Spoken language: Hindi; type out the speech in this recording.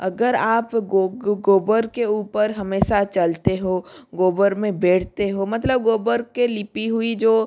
अगर आप गोबर के ऊपर हमेशा चलते हो गोबर में बैठते हो मतलब गोबर के लिपि हुई जो